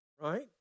right